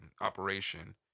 operation